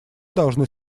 должны